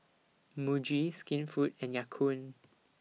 Muji Skinfood and Ya Kun